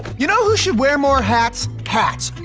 you know who should wear more hats? hats.